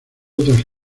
otras